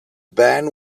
band